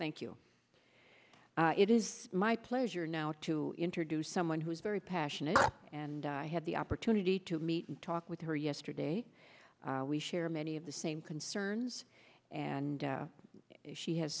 thank you it is my pleasure now to introduce someone who is very passionate and i had the opportunity to meet and talk with her yesterday we share many of the same concerns and she has